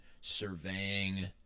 surveying